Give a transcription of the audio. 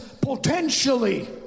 potentially